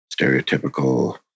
stereotypical